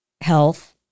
health